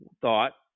thought